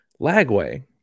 Lagway